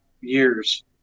years